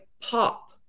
pop